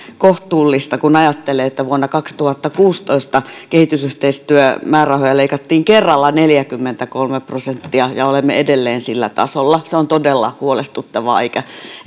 kohtuullista kun ajattelee että vuonna kaksituhattakuusitoista kehitysyhteistyömäärärahoja leikattiin kerralla neljäkymmentäkolme prosenttia ja olemme edelleen sillä tasolla se on todella huolestuttavaa eikä